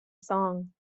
song